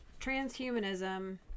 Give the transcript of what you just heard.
transhumanism